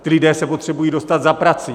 Ti lidé se potřebují dostat za prací.